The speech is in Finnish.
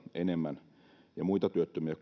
enemmän ja muita työttömiä